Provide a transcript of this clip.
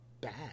bad